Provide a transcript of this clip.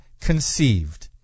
conceived